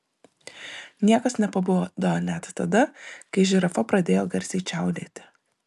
niekas nepabudo net tada kai žirafa pradėjo garsiai čiaudėti